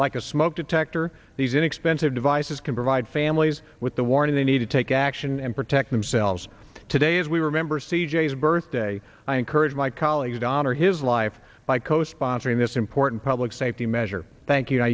like a smoke detector these inexpensive devices can provide families with the warning they need to take action and protect themselves today as we remember c j s birthday i encourage my colleagues honor his life by co sponsoring this important public safety measure thank you